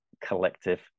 collective